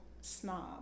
snob